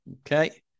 Okay